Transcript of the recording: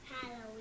Halloween